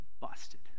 Busted